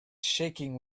shaking